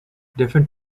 different